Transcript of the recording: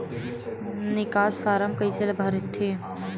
निकास फारम कइसे भरथे?